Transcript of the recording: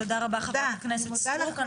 תודה רבה חברת הכנסת סטרוק.